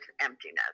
emptiness